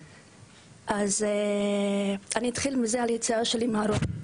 אני אתחיל מלדבר על היציאה שלי מהארון.